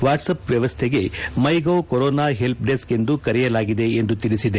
WhatsApp ವ್ವವಸ್ವೆಗೆ MyGov Corona Helpdesk ಎಂದು ಕರೆಯಲಾಗಿದೆ ಎಂದು ತಿಳಿಸಿದೆ